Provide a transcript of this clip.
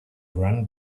run